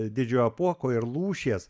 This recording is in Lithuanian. didžiojo apuoko ir lūšies